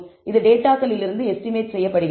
இது டேட்டாகளிலிருந்து எஸ்டிமேட் செய்யப்படுகிறது